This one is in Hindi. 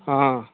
हाँ